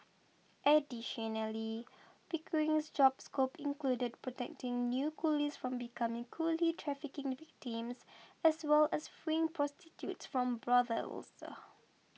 additionally Pickering's job scope included protecting new coolies from becoming coolie trafficking victims as well as freeing prostitutes from brothels